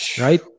right